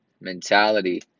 mentality